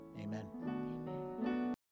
Amen